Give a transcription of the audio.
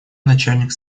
начальник